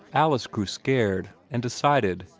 alice grew scared, and decided,